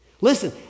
Listen